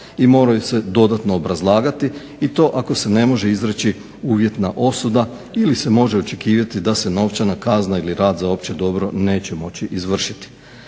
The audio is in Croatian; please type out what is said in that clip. moraju se dodatno obrazlagati i to ako se ne može izreći uvjetna osuda ili se može očekivati da se novčana kazna ili rad za opće dobro neće moći izvršiti.